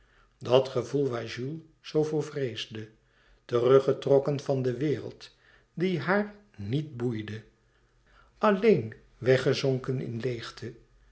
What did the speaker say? dat gevoel waar jules zoo voor vreesde teruggetrokken van de wereld die haar niet boeide alleen weggezonken in leêgte